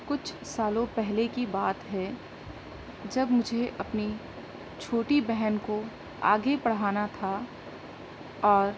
کچھ سالوں پہلے کی بات ہے جب مجھے اپنی چھوٹی بہن کو آگے پڑھانا تھا اور